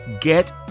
get